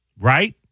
Right